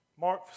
Mark